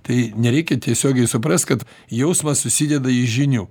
tai nereikia tiesiogiai suprast kad jausmas susideda į žinių